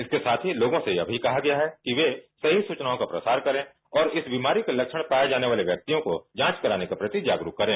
इसके साथ ही लोगों से यह भी कहा गया है कि वे सही सूचनाओं का प्रसार करें और इस बिमारी के लक्षण पाए जाने वाले व्यक्तियों को जांच कराने के प्रति जागरूक करें